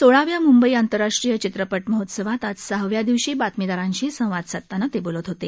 सोळाव्या म्ंबई आंतरराष्ट्रीय चित्रपट महोत्सवात आज सहाव्या दिवशी बातमीदारांशी संवाद साधताना ते बोलत होते